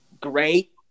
great